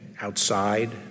outside